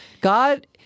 God